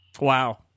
Wow